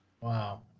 wow